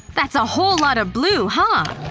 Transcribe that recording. that's a whole lotta blue, huh?